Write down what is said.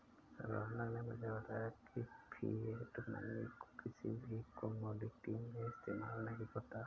रौनक ने मुझे बताया की फिएट मनी को किसी भी कोमोडिटी में इस्तेमाल नहीं होता है